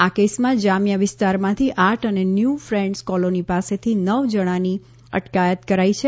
આ કેસમાં જામીયા વિસ્તારમાંથી આટ અને ન્યૂ ફ્રેન્ડસ કોલોની પાસેથી નવ જણાની અટકાયત કરાઇ છે